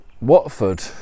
Watford